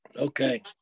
Okay